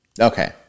Okay